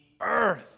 earth